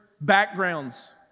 backgrounds